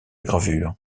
gravure